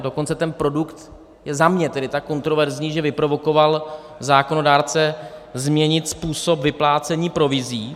Dokonce ten produkt je za mě tedy tak kontroverzní, že vyprovokoval zákonodárce změnit způsob vyplácení provizí.